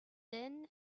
been